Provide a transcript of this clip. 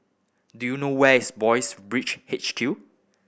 do you know where is Boys' Brigade H Q